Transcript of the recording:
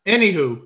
Anywho